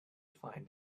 find